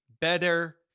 better